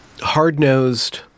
hard-nosed